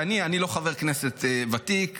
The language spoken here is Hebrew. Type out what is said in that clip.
אני לא חבר כנסת ותיק,